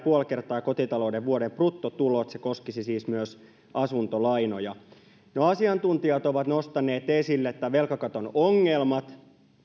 puoli kertaa kotitalouden vuoden bruttotulot se koskisi siis myös asuntolainoja no asiantuntijat ovat nostaneet esille tämän velkakaton ongelmat